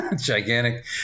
gigantic